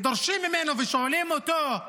דורשים ממנו, שואלים אותו: